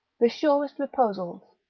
the surest reposals,